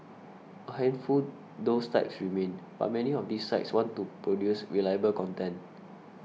a handful those types remain but many of these sites want to produce reliable content